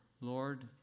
Lord